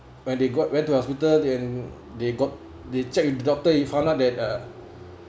when they got went to hospital then they got they check with the doctor we found out that uh